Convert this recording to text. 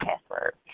password